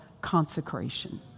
consecration